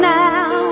now